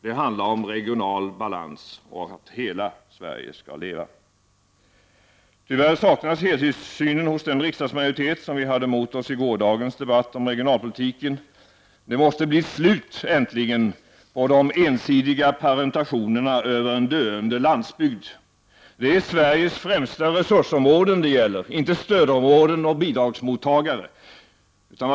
Det handlar om regional balans och att hela Sverige skall leva. Tyvärr saknas helhetssynen hos den riksdagsmajoritet vi hade mot oss i gårdagens debatt om regionalpolitiken. Det måste bli slut äntligen på de ensidiga parentationerna över en döende landsbygd. Det är Sveriges främsta resursområden det gäller, inte stödområden och bidragsmottagare.